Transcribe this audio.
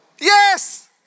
Yes